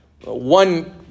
One